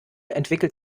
entwickelt